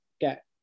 get